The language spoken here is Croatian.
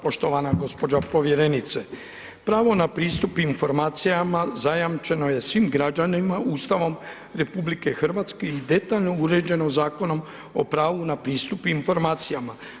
Poštovana gospođo povjerenice, pravo na pristup informacijama zajamčeno je svim građanima RH i detaljno uređeno Zakonom o pravu na pristup informacijama.